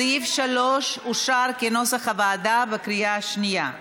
סעיף 3 אושר כנוסח הוועדה בקריאה השנייה.